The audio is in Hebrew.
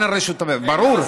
אין רשות, ברור.